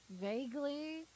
Vaguely